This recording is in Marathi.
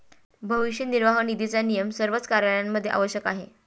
भविष्य निर्वाह निधीचा नियम सर्वच कार्यालयांमध्ये आवश्यक आहे